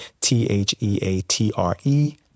T-H-E-A-T-R-E